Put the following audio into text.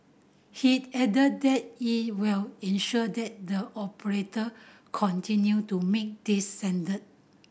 he'd added that it will ensure that the operator continue to meet these standard